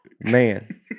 Man